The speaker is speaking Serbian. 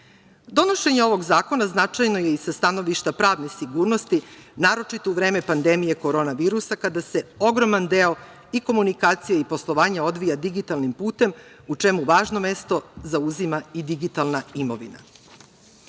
evra. Donošenje ovog zakona značajno je i sa stanovišta pravne sigurnosti naročito u vreme pandemije korona virusa, kada se ogroman deo komunikacije i poslovanja odvija digitalnim putem, u čemu važno mesto zauzima i digitalna imovina.U